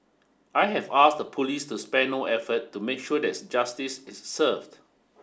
I have asked the police to spare no effort to make sure that justice is served